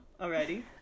already